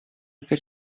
ise